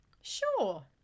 Sure